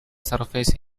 surface